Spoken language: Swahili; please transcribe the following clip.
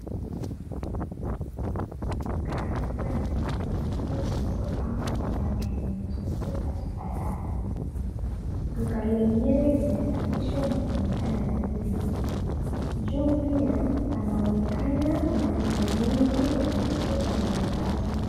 Duka inaonekana kubwa na picha nyingi zilizopangwa kwa mpangilio mzuri katika rafu .Duka lenyewe limesafishwa na kuonekana nadhifu. Juu pia panaonekana mataa mingi yanayoleta mwangaza.